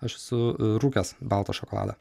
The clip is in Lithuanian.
aš esu rūkęs baltą šokoladą